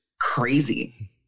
crazy